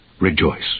rejoice